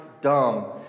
dumb